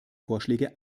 vorschläge